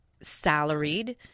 salaried